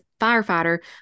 firefighter